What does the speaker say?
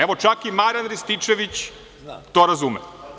Evo, čak i Marijan Rističević to razume.